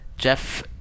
Jeff